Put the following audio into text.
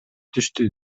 түштү